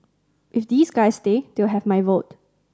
if these guys stay they'll have my vote